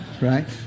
right